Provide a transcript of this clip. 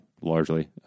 largely